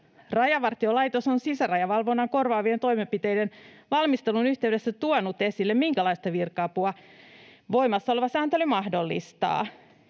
Rajavartiolaitos on sisärajavalvonnan korvaavien toimenpiteiden valmistelun yhteydessä tuonut esille, minkälaista virka-apua voimassa oleva sääntely mahdollistaa